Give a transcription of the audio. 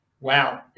wow